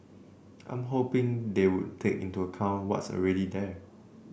I'm hoping they would take into account what's already there